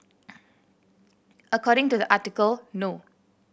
according to the article no